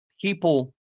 people